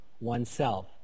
oneself